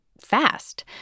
fast